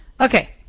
Okay